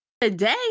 Today